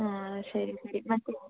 ആ ശരി ശരി മനസ്സിലായി